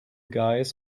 guys